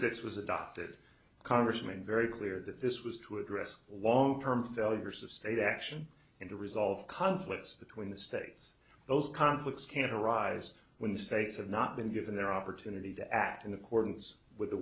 six was adopted congressman very clear that this was to address long term failures of state action and to resolve conflicts between the states those conflicts can arise when the states have not been given their opportunity to act in accordance with the